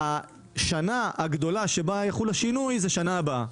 השנה הגדולה שבה יחול השינוי זו שנה הבאה.